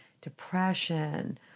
depression